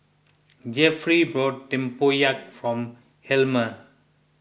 Jefferey bought Tempoyak for Helmer